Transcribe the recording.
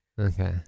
Okay